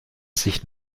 sich